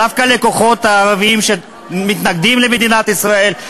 דווקא לכוחות הערביים שמתנגדים למדינת ישראל.